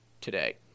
today